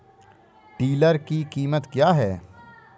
Tiller की कीमत क्या है?